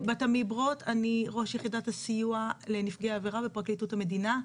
ראש יחידת הסיוע לנפגעי עבירה בפרקליטות המדינה.